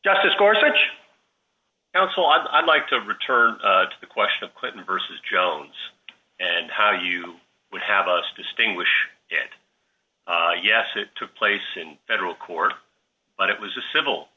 just to score such counsel i'd like to return to the question of clinton versus jones and how you would have us distinguish it yes it took place in federal court but it was a civil